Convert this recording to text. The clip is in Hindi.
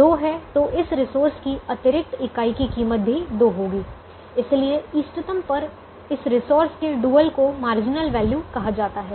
2 है तो इस रिसोर्स की अतिरिक्त इकाई की कीमत भी 2 होगी इसलिए इष्टतम पर इस रिसोर्स के डुअल को मार्जिनल वैल्यू कहा जाता है